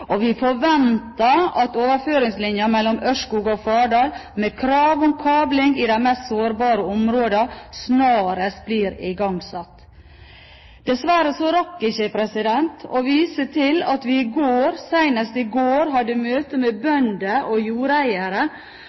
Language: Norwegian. Og vi forventer nå at overføringslinjen mellom Ørskog og Fardal, med krav om kabling i de mest sårbare områdene, snarest blir igangsatt.» Dessverre rakk jeg ikke å vise til at vi senest i går hadde møte med bønder og jordeiere,